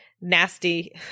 nasty